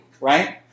right